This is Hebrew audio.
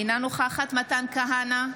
אינה נוכחת מתן כהנא,